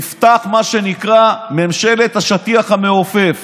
נפתחת, מה שנקרא, ממשלת השטיח המעופף,